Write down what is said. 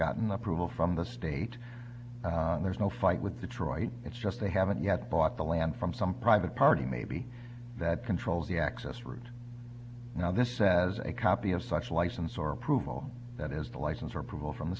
gotten approval from the state and there's no fight with detroit it's just they haven't yet bought the land from some private party maybe that controls the access route now this says a copy of such license or approval that is the license for approval from the